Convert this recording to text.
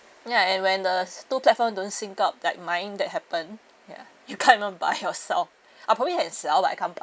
ya and when the two platform don't sync up like mine that happened ya you can't even buy yourself I probably can sell but I can't buy